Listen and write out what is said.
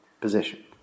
position